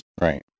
right